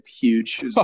huge